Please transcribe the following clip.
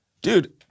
Dude